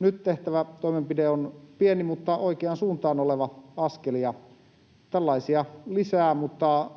nyt tehtävä toimenpide on pieni mutta oikeaan suuntaan oleva askel, ja tällaisia lisää. Mutta